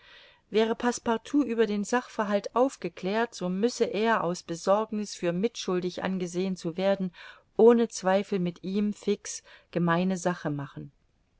wäre passepartout über den sachverhalt aufgeklärt so müsse er aus besorgniß für mitschuldig angesehen zu werden ohne zweifel mit ihm fix gemeine sache machen